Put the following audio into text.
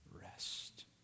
rest